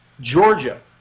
Georgia